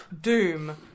Doom